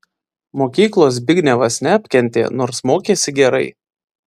mokyklos zbignevas neapkentė nors mokėsi gerai